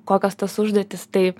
kokios tos užduotys tai